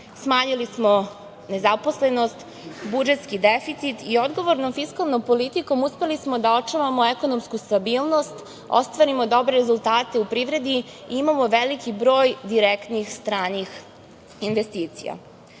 Smanjili smo nezaposlenost, budžetski deficit i odgovornom fiskalnom politikom uspeli smo da očuvamo ekonomsku stabilnost, ostvarimo dobre rezultate u privredi i imamo veliki broj direktnih stranih investicija.U